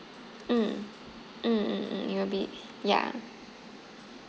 mm mm mm mm it will be ya